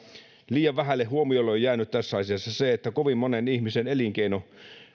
liian vähälle huomiolle on jäänyt tässä asiassa se että kovin monen ihmisen elinkeino